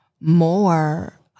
more